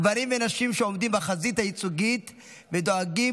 גברים ונשים שעומדים בחזית הייצוגית ודואגים